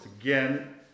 again